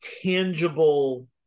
tangible